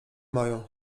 mają